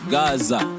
Gaza